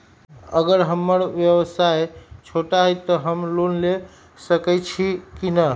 अगर हमर व्यवसाय छोटा है त हम लोन ले सकईछी की न?